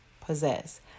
possess